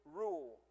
rule